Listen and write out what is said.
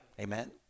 amen